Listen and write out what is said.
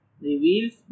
reveals